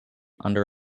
under